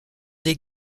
des